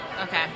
Okay